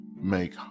make